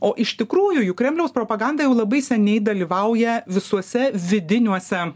o iš tikrųjų jų kremliaus propaganda jau labai seniai dalyvauja visuose vidiniuose